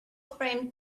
framed